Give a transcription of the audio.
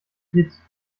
hit